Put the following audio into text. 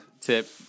tip